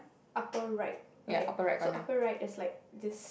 upper right okay so upper right there's like this